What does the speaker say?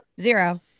zero